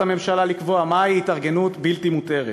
הממשלה לקבוע מהי התארגנות בלתי מותרת.